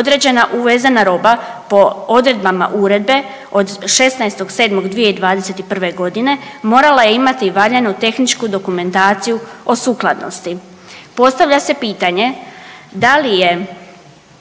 određena uvezena roba po odredbama Uredbe od 16.07.2021.godine morala je imati i valjanu tehničku dokumentaciju o sukladnosti. Postavlja se pitanje da li je